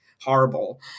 horrible